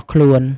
ស់ខ្លួន។